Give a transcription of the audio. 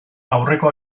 aurreko